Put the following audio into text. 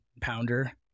pounder